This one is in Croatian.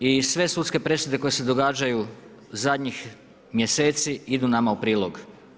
I sve sudske presude koje se događaju zadnjih mjeseci idu nama u prilog.